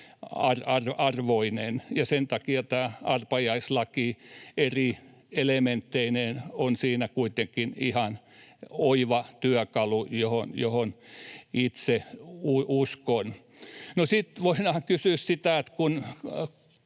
arvoinen, ja sen takia tämä arpajaislaki eri elementteineen on siinä kuitenkin ihan oiva työkalu, johon itse uskon. No sitten voidaan todeta se, että kun